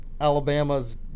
Alabama's